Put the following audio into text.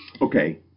Okay